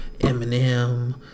Eminem